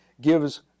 gives